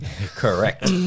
Correct